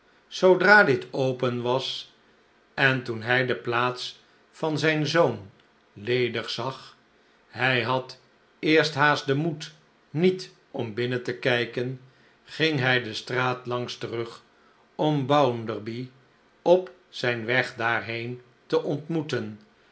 zoodra dit open was en toen hij de plaats van zijn zoon ledig zag hij had eerst haast den moed niet om binnen te kijken ging hij de straat langs terug om bounderby op zijn weg daarheen te ontmoeten